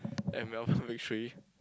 and Melbourne-Victory